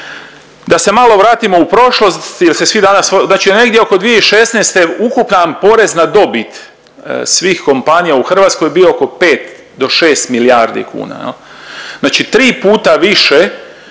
Da se malo vratimo u prošlost jer se svi danas, znači negdje oko 2016. ukupan porez na dobit svih kompanija u Hrvatskoj je bio oko 5 do 6 milijardi kuna. Znači 3 puta više